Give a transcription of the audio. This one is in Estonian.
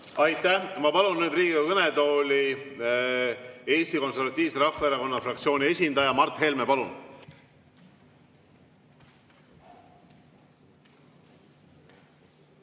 Aitäh! Ma palun nüüd Riigikogu kõnetooli Eesti Konservatiivse Rahvaerakonna fraktsiooni esindaja Mart Helme. Palun!